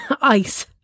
ice